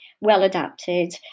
well-adapted